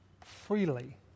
freely